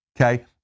okay